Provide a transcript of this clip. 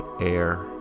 air